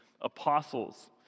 apostles